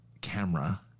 camera